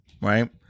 right